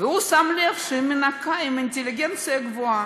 והוא שם לב שהיא מנקה עם אינטליגנציה גבוהה.